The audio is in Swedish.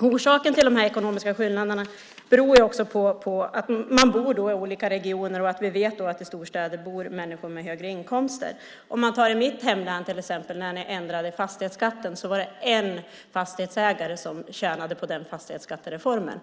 i månaden. De ekonomiska skillnaderna beror också på att man bor i olika regioner och att vi vet att det i storstäder bor människor med högre inkomster. I mitt hemlän var det när ni ändrade fastighetsskatten en fastighetsägare som tjänade på reformen.